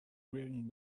wearing